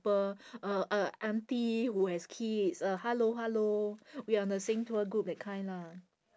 ~ple uh uh auntie who has kids uh hello hello we on the same tour group that kind lah